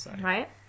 Right